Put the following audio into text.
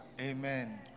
Amen